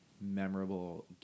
memorable